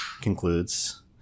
concludes